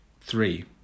Three